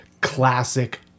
classic